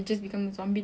macam mana